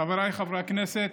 חבריי חברי הכנסת,